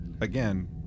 again